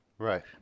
Right